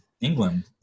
England